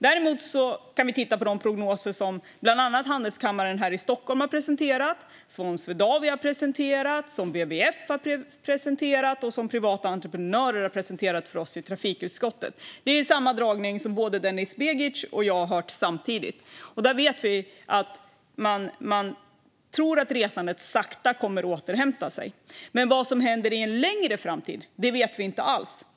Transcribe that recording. Däremot kan vi titta på de prognoser som bland andra handelskammaren här i Stockholm har presenterat, som Swedavia har presenterat, som WWF har presenterat och som privata entreprenörer har presenterat för oss i trafikutskottet. Det är samma föredragning som både Denis Begic och jag har hört samtidigt. Man tror att resandet sakta kommer att återhämta sig, men vad som händer senare i framtiden vet vi inte alls.